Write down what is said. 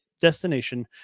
destination